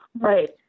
Right